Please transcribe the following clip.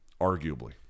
arguably